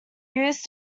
used